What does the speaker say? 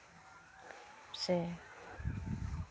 ᱥᱮ